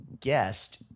guest